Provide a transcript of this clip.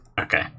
Okay